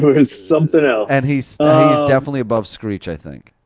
was something else. and he's definitely above screech, i think.